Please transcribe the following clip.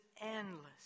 endless